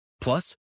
Plus